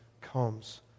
comes